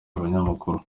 abanyamakuru